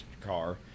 car